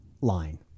line